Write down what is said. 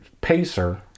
pacer